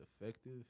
effective